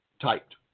typed